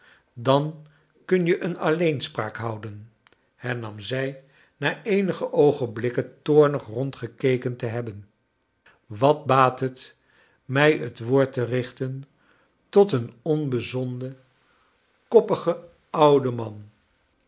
dan kun je een alleenspraak houden hernam zij na eenige oogenblikken toornig rondgekeken te hebben wat baat het mij het woord te richten tot een onbezonnen koppigen ouden man